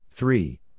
Three